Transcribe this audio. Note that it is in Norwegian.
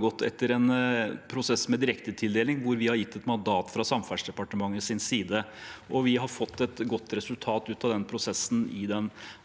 vært en prosess med direktetildeling, hvor vi har gitt et mandat fra Samferdselsdepartementets side. Vi har fått et godt resultat av den prosessen ut i den